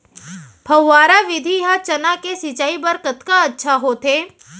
फव्वारा विधि ह चना के सिंचाई बर कतका अच्छा होथे?